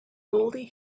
goldie